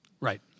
Right